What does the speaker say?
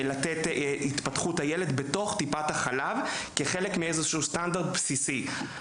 לתת את התפתחות הילד בתוך טיפת החלב כחלק מסטנדרט בסיסי.